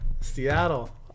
seattle